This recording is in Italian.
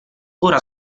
ora